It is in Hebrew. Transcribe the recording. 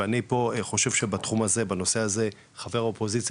ואני פה חושב שבתחום הזה ובנושא הזה חבר האופוזיציה